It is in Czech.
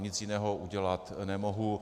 Nic jiného udělat nemohu.